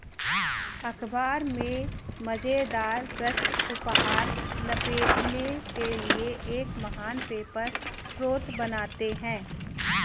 अख़बार में मज़ेदार पृष्ठ उपहार लपेटने के लिए एक महान पेपर स्रोत बनाते हैं